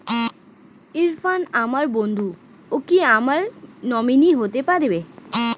ইরফান আমার বন্ধু ও কি আমার নমিনি হতে পারবে?